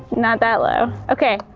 not that low. okay,